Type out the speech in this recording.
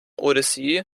odyssee